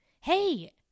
hey